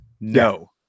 No